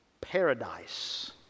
paradise